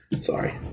Sorry